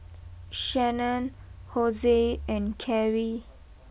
Shannan Hosie and Karie